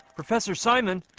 professor simon